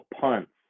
punts